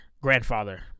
Grandfather